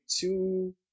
two